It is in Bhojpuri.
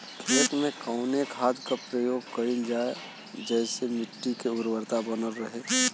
खेत में कवने खाद्य के प्रयोग कइल जाव जेसे मिट्टी के उर्वरता बनल रहे?